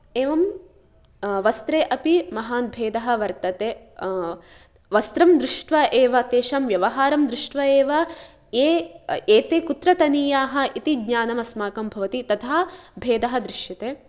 एवं वस्त्रे अपि महान् भेदः वर्तते वस्त्रं दृष्ट्वा एव तेषां व्यवहारं दृष्ट्वा एव ये एते कुत्रतनीयाः इति ज्ञानमस्माकं भवति तथा भेदः दृश्यते